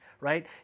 right